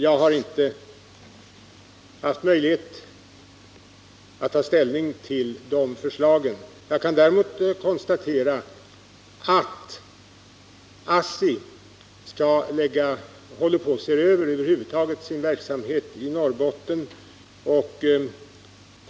Jag har inte kunnat ta ställning till dessa förslag. Däremot kan jag konstatera att ASSI över huvud taget håller på att se över sin verksamhet i Norrbotten och